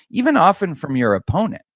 even often from your opponent.